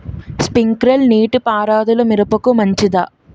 Sprinkler నీటిపారుదల మిరపకు మంచిదా?